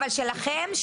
אבל שלכם,